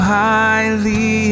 highly